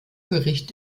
bericht